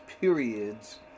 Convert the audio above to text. periods